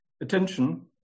attention